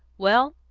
well,